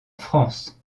france